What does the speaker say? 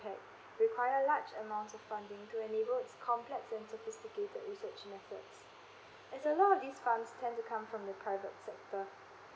impact require large amounts of funding to enable complex and sophisticated research methods it's a lot of these funds that come from the private sector